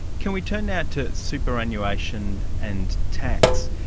can we turn now to superannuation and tax?